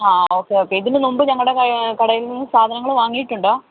അ okay okay ഇതിനു മുൻപ് ഞങ്ങളുടെ കടയിൽ നിന്ന് സാധനങ്ങൾ വാങ്ങിയിട്ടുണ്ടോ